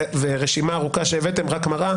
ורשימה ארוכה שהבאתם רק מראה,